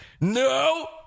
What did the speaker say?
no